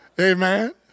Amen